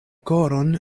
koron